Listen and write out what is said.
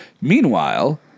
Meanwhile